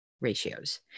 ratios